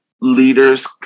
leaders